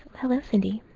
hello, cindy.